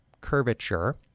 curvature